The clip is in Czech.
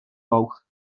louh